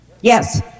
Yes